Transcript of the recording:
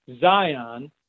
Zion